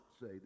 say